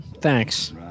Thanks